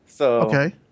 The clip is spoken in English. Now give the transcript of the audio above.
Okay